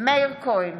מאיר כהן,